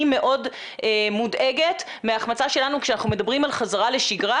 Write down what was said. אני מאוד מודאגת שכשאנחנו מדברים על חזרה לשגרה,